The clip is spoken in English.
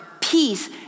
peace